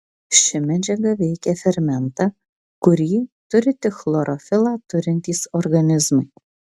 ši medžiaga veikia fermentą kurį turi tik chlorofilą turintys organizmai